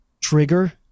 trigger